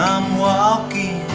walking